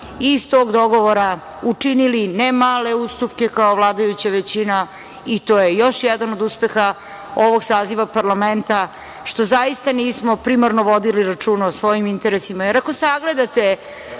iz tog dogovora učinili ne male ustupke kao vladajuća većina. To je još jedan od uspeha ovog saziva parlamenta, što zaista nismo primarno vodili računa o svojim interesima.